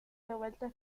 devuelta